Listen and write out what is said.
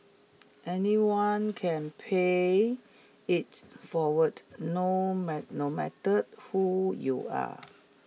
anyone can pay it forward no no matter who you are